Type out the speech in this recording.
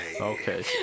Okay